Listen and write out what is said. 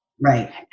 Right